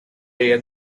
area